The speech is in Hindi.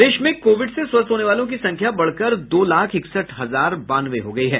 प्रदेश में कोविड से स्वस्थ होने वालों की संख्या बढ़ कर दो लाख इकसठ हजार बानवे हो गयी है